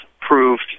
proved